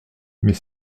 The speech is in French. mais